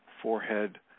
forehead